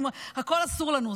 הכול אסור לנו,